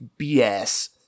BS